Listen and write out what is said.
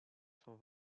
cent